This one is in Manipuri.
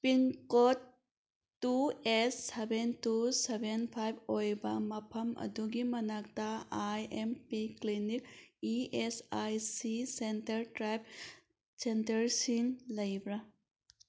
pin code two eight seven two seven five ꯑꯣꯏꯕ ꯃꯐꯝ ꯑꯗꯨꯒꯤ ꯃꯅꯥꯛꯇ I M P clinic E S I C centre type ꯁꯦꯟꯇꯔꯁꯤꯡ ꯂꯩꯕ꯭ꯔꯥ